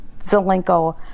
Zelenko